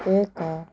ଏକ